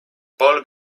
paul